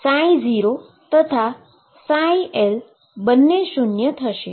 ψ અને L બંને શુન્ય થશે